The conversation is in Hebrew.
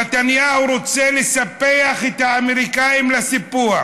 נתניהו רוצה לספח את האמריקנים לסיפוח.